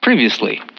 Previously